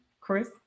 Chris